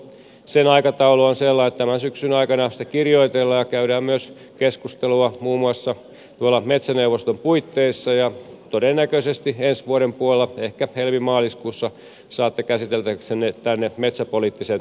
sen aikataulu on sellainen että tämän syksyn aikana sitä kirjoitellaan ja siitä käydään myös keskustelua muun muassa metsäneuvoston puitteissa ja todennäköisesti ensi vuoden puolella ehkä helmimaaliskuussa saatte käsiteltäväksenne tänne metsäpoliittisen selonteon